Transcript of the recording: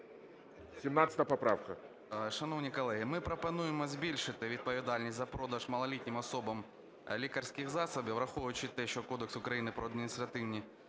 17 поправка.